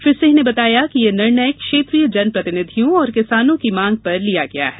श्री सिंह ने बताया कि यह निर्णय क्षेत्रीय जन प्रतिनिधियों और किसानों की मांग पर लिया गया है